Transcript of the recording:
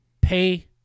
pay